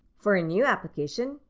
for a new application,